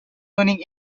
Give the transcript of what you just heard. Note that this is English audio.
winning